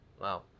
wow